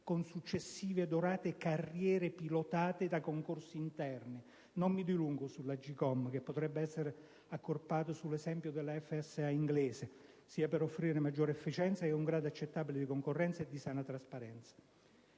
con successive dorate carriere pilotate da concorsi interni. Non mi dilungo sulla AGCOM, che potrebbe essere accorpata sull'esempio della FSA inglese, per offrire maggiore efficienza ed un grado accettabile di concorrenza e di sana trasparenza.